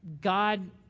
God